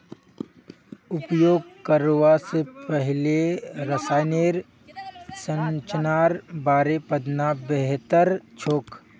उपयोग करवा स पहले रसायनेर संरचनार बारे पढ़ना बेहतर छोक